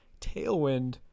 tailwind